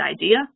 idea